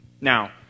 Now